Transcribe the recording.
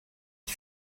ich